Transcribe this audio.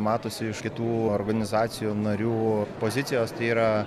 matosi iš kitų organizacijų narių pozicijos tai yra